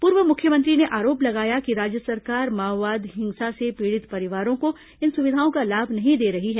पूर्व मुख्यमंत्री ने आरोप लगाया कि राज्य सरकार माओवादी हिंसा से पीड़ित परिवारों को इन सुविधाओं का लाभ नहीं दे रही है